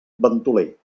ventoler